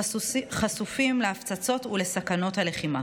חשופים להפצצות ולסכנות הלחימה.